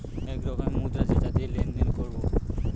এক রকমের মুদ্রা যেটা দিয়ে লেনদেন করবো